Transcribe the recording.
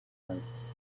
yards